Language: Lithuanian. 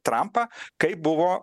trampą kaip buvo